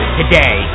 today